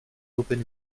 reopen